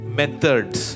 methods